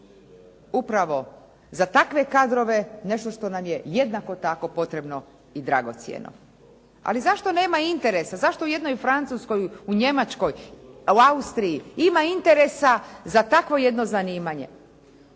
upravo za takve kadrove, nešto što nam je jednako tako potrebno i dragocjeno. Ali zašto nema interesa, zašto u jednoj Francuskoj, u Njemačkoj, u Austriji ima interesa za takvo jedno zanimanje,